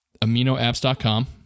AminoApps.com